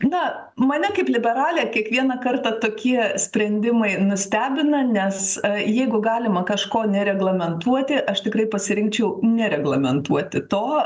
na mane kaip liberalę kiekvieną kartą tokie sprendimai nustebina nes jeigu galima kažko nereglamentuoti aš tikrai pasirinkčiau nereglamentuoti to